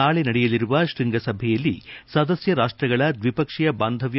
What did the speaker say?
ನಾಳೆ ನಡೆಯಲಿರುವ ಶ್ವಂಗಸಭೆಯಲ್ಲಿ ಸದಸ್ಯ ರಾಷ್ಟ್ರಗಳ ದ್ವಿಪಕ್ಷೀಯ ಬಾಂಧವ್ಯ